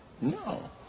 no